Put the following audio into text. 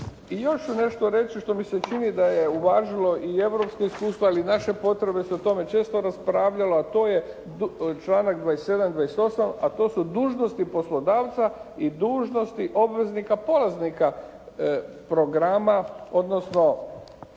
I još ću nešto reći što mi se čini da je uvažilo i europski sustav i naše potrebe se o tome često raspravljalo, a to je članak 27., 28. a to su dužnosti poslodavca i dužnosti obveznika polaznika programa, odnosno